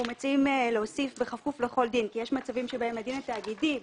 אנחנו מציעים להוסיף "בכפוף לכל דין" כי יש מצבים שבהם הדין התאגידי,